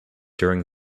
during